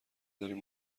داریم